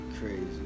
crazy